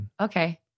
okay